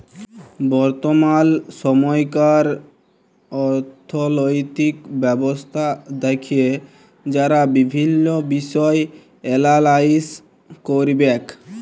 বর্তমাল সময়কার অথ্থলৈতিক ব্যবস্থা দ্যাখে যারা বিভিল্ল্য বিষয় এলালাইস ক্যরবেক